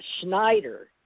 Schneider